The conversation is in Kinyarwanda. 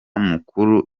mukuru